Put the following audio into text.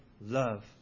love